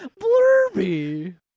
Blurby